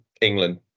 England